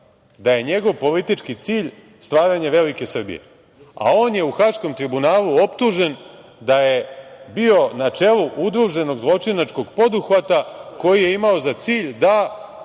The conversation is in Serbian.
da je njegov politički cilj stvaranje velike Srbije, a on je u Haškom tribunalu optužen da je bio na čelu udruženog zločinačkog poduhvata koji je imao za cilj da